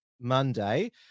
monday